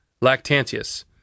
Lactantius